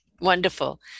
wonderful